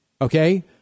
Okay